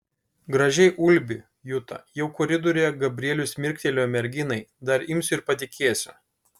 gražiai ulbi juta jau koridoriuje gabrielius mirktelėjo merginai dar imsiu ir patikėsiu